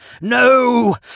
No